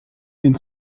den